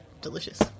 Delicious